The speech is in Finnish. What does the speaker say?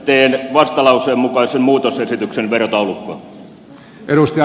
teen vastalauseen mukaisen muutosehdotuksen verotaulukkoon